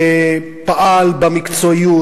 שפעל במקצועיות.